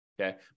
okay